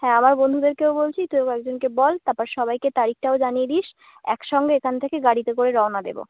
হ্যাঁ আমার বন্ধুদেরকেও বলছি তুইও কয়েকজনকে বল তারপর সবাইকে তারিখটাও জানিয়ে দিস একসঙ্গে এখান থেকে গাড়িতে করে রওনা দেবো